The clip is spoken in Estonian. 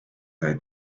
sai